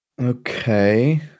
Okay